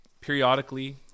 periodically